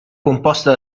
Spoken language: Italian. composta